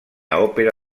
òpera